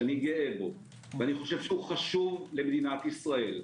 אם עשיתי מעשה שאני גאה בו ואני חושב שהוא חשוב למדינת ישראל,